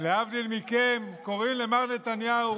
להבדיל מכם, קוראים למר נתניהו ראש הממשלה.